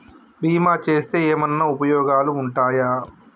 బీమా చేస్తే ఏమన్నా ఉపయోగాలు ఉంటయా?